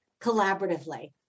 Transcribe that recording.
collaboratively